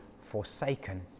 forsaken